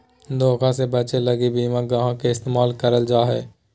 धोखा से बचे लगी बीमा ग्राहक के इस्तेमाल करल जा हय